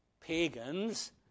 pagans